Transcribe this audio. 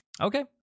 Okay